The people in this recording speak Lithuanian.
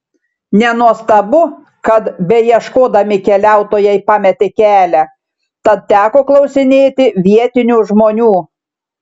nenuostabu kad beieškodami keliautojai pametė kelią tad teko klausinėti vietinių žmonių